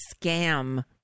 scam